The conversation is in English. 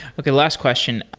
okay, last question.